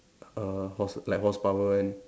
err horse like horsepower and